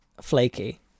flaky